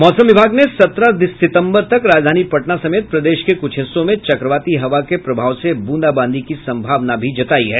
मौसम विभाग ने सत्रह सितंबर तक राजधानी पटना समेत प्रदेश के कुछ हिस्सों में चक्रवाती हवा के प्रभाव से बूंदाबांदी की संभावना जतायी है